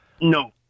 No